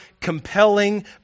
compelling